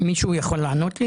מישהו יכול לענות?